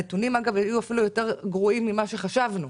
הנתונים היו אפילו יותר גרועים ממה שחשבנו.